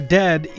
dead